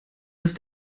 dass